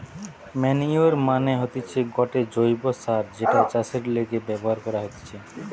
manure মানে হতিছে গটে জৈব্য সার যেটা চাষের লিগে ব্যবহার করা হতিছে